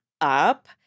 up –